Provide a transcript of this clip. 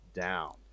down